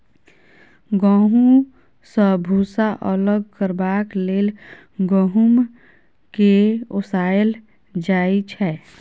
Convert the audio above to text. गहुँम सँ भुस्सा अलग करबाक लेल गहुँम केँ ओसाएल जाइ छै